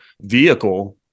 vehicle